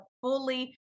fully